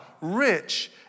Rich